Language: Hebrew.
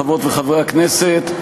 חברות וחברי הכנסת,